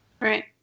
Right